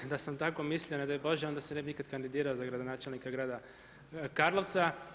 Da sam tako mislio ne daj Bože onda se ne bi nikada kandidirao za gradonačelnika grada Karlovca.